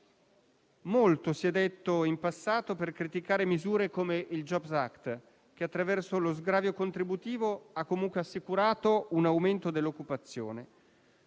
Molto si è detto in passato per criticare misure come il *jobs act*, che, attraverso lo sgravio contributivo, ha comunque assicurato un aumento dell'occupazione.